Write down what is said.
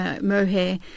mohair